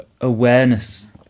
awareness